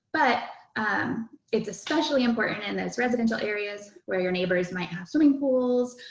but it's especially important in those residential areas where your neighbors might have swimming pools.